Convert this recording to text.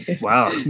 Wow